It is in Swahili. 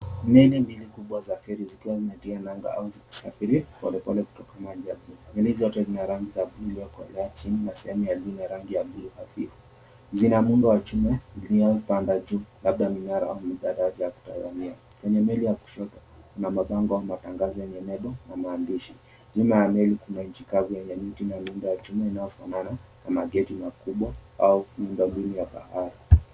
Meli mbili kubwa za feri zikiwa zimetia nanga au zikisafiri polepole kutoka maji ya buluu. Meli hizo zote zina rangi ya buluu iliyokolea chini na sehemu ya juu ina rangi ya buluu hafifu. Zina muundo wa chuma iliyopanda juu, labda minara ya kutazamia. Kwenye meli ya kushoto, kuna mabango ama matangazo yenye nembo na maandishi. Nyuma ya meli kuna nchi kavu yenye miti na miundo ya chuma inayofanana na mageti makubwa au nyumba mbili ya bahari.